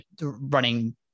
running